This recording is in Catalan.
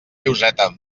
lloseta